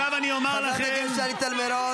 --- חברת הכנסת שלי טל מירון.